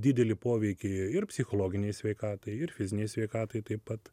didelį poveikį ir psichologinei sveikatai ir fizinei sveikatai taip pat